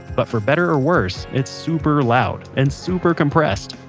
but for better or worse, it's super loud, and super compressed.